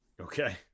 okay